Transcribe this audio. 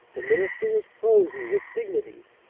the minister was prosy with dignity,